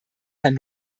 herrn